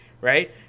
right